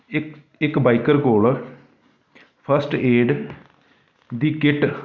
ਇ ਇੱਕ ਬਾਈਕਰ ਕੋਲ ਫਸਟ ਏਡ ਦੀ ਕਿੱਟ